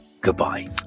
goodbye